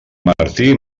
martí